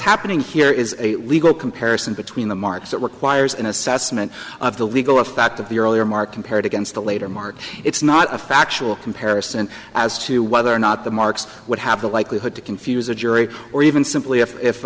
happening here is a legal comparison between the marks that requires an assessment of the legal a fact of the earlier mark compared against a later mark it's not a factual comparison as to whether or not the marks would have the likelihood to confuse a jury or even simply if